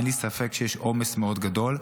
אין לי ספק שיש עומס מאוד גדול.